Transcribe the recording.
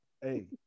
Hey